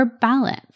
balance